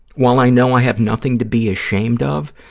while i know i have nothing to be ashamed of,